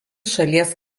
šalies